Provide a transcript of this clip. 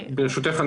ברשותך,